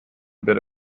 bit